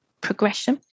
progression